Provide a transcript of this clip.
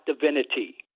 divinity